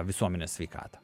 visuomenės sveikatą